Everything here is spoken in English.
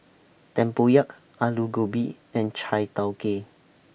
Tempoyak Aloo Gobi and Chai Tow Kuay